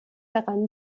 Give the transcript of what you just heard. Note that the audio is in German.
daran